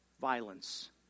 violence